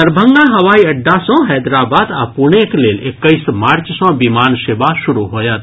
दरभंगा हवाई अड्डा सँ हैदराबाद आ पूणेक लेल एक्कैस मार्च सँ विमान सेवा शुरू होयत